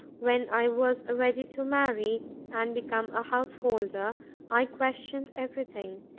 when i was ready to marry and become a householder i questioned everything,